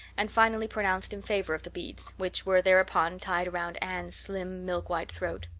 and finally pronounced in favor of the beads, which were thereupon tied around anne's slim milk-white throat.